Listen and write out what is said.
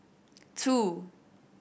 two